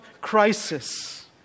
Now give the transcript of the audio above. crisis